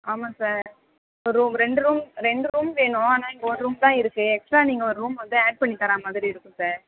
ஆமாம் sir room ரெண்டு room ரெண்டு ரூம் வேணும் ஆனால் இப்போ ஒரு ரூம் தான் இருக்குது எக்ஸ்ட்ரா நீங்கள் ஒரு ரூம் ஆட் பண்ணித்தர்ற மாதிரி இருக்கும் சார்